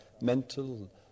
mental